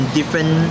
different